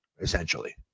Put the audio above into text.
essentially